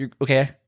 okay